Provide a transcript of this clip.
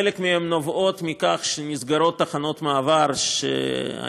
חלק מהן נובעות מכך שנסגרות תחנות מעבר שהיו